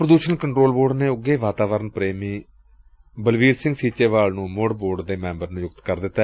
ਪ੍ਰਦੁਸ਼ਣ control board ਨੇ ਉੱਘੇ ਵਾਤਾਵਰਣ ਪ੍ਰੇਮੀ ਬਲਬੀਰ ਸਿੰਘ ਸੀਚੇਵਾਲ ਨੂੰ ਮੁੜ ਬੋਰਡ ਮੈਂਬਰ ਨਿਯੁਕਤ ਕਰ ਦਿੱਤਾ